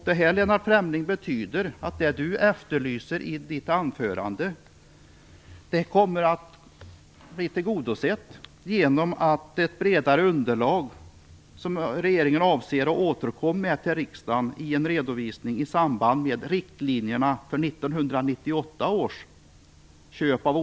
Detta, Lennart Fremling, betyder att det som han efterlyser i sitt anförande kommer att bli tillgodosett genom att ett bredare underlag som regeringen avser att återkomma till riksdagen med i en redovisning av riktlinjerna för 1998 Herr talman!